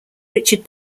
richard